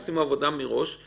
שיעבירו את כל